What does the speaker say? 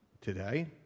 today